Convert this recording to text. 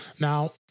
now